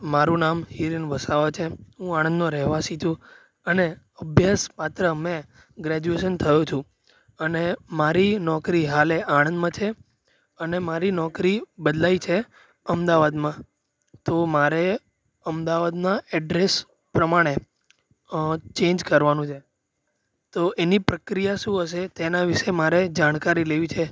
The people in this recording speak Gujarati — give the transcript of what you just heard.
મારું નામ હિરેન વસાવા છે હું આણંદનો રહેવાસી છું અને અભ્યાસ પાત્ર મેં ગ્રેજ્યુએસન થયો છું અને મારી નોકરી હાલે આણંદમાં છે અને મારી નોકરી બદલાઈ છે અમદાવાદમાં તો મારે અમદાવાદના એડ્રેસ પ્રમાણે ચેન્જ કરવાનું છે તો એની પ્રક્રિયા શું હશે તેના વિષે મારે જાણકારી લેવી છે